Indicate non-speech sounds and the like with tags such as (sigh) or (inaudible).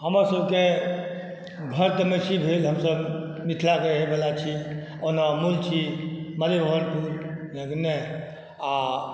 हमर सबके घर तऽ महिषी भेल हमसभ मिथिलाके रहैबला छी ओना मूल छी मलेभानपुरके (unintelligible) आ